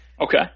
Okay